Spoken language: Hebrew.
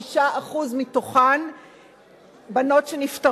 5% מתוכן נפטרות.